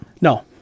no